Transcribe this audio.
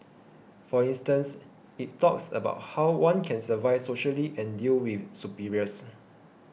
for instance it talks about how one can survive socially and deal with superiors